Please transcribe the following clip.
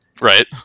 Right